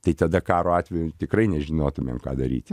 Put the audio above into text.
tai tada karo atveju tikrai nežinotumėm ką daryti